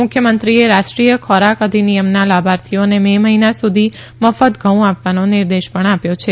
મુખ્યમંત્રીએ રાષ્ટ્રીય ખોરાક અધિનિયમના લાભાર્થીઓને મે મહિના સુધી મફત ઘઉ આપવાનો નિર્દેશ પણ આપ્યો છે